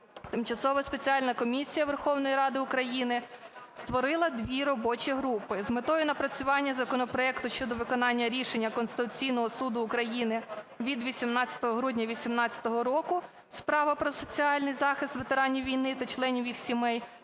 Тимчасова спеціальна комісія Верховної Ради України створила дві робочі групи з метою напрацювання законопроекту щодо виконання Рішення Конституційного Суду України від 18 грудня 18-го року: справа про соціальний захист ветеранів війни та членів їх сімей